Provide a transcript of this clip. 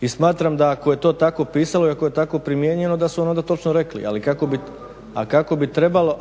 i smatram da ako je to tako pisalo i ako je tako primijenjeno da su onda točno rekli, a kako bi trebalo